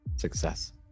Success